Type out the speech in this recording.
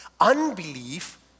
Unbelief